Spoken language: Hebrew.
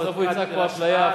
בסוף הוא יצעק פה: אפליה,